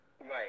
Right